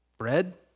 Bread